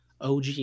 OG